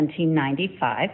1795